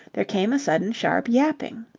there came a sudden sharp yapping.